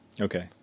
Okay